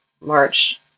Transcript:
March